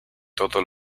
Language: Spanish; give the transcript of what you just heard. todos